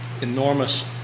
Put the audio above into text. enormous